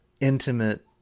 intimate